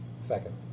Second